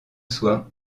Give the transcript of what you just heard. soie